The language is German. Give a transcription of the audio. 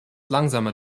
langsamer